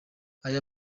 aya